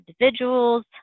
individuals